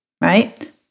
right